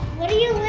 what do you win?